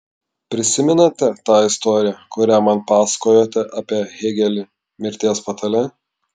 prisimenate tą istoriją kurią man pasakojote apie hėgelį mirties patale